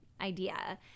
idea